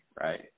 right